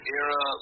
era